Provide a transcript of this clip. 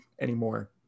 anymore